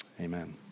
amen